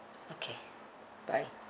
okay bye